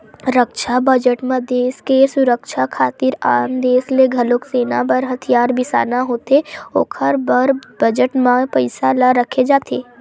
रक्छा बजट म देस के सुरक्छा खातिर आन देस ले घलोक सेना बर हथियार बिसाना होथे ओखर बर बजट म पइसा ल रखे जाथे